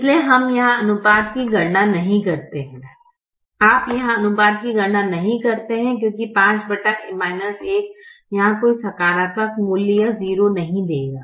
इसलिए हम यहां अनुपात की गणना नहीं करते हैं आप यहाँ अनुपात की गणना नहीं करते हैं क्योंकि 5 यहां कोई सकारात्मक मूल्य या 0 नहीं देगा